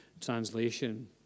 translation